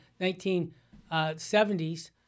1970s